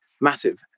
massive